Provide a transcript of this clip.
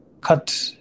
cut